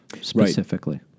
specifically